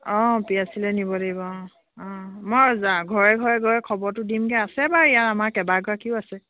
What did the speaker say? অঁ P H চিলৈ নিব দিব অঁ অঁ মই যাম ঘৰে ঘৰে গৈ খবৰটো দিমগৈ আছে বাৰু ইয়াৰ আমাৰ কেইবাগৰাকীও আছে